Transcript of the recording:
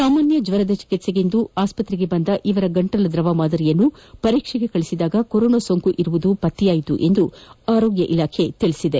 ಸಾಮಾನ್ಯ ಜ್ವರದ ಚಿಕಿತ್ವೆಗೆಂದು ಆಸ್ಪತ್ರೆಗೆ ಬಂದ ಇವರ ಗಂಟಲು ದ್ರವ ಮಾದರಿಯನ್ನು ಪರೀಕ್ಷೆಗೆ ಕಳುಹಿಸಿದಾಗ ಕೊರೊನಾ ಸೋಂಕು ಇರುವುದು ಪತ್ತೆಯಾಯಿತು ಎಂದು ಆರೋಗ್ಯ ತಿಳಿಸಿದೆ